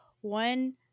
one